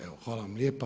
Evo hvala vam lijepa.